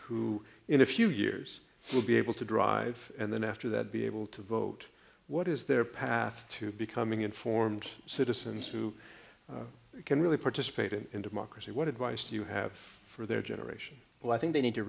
who in a few years will be able to drive and then after that be able to vote what is their path to becoming informed citizens who can really participated in democracy what advice do you have for their generation but i think they need to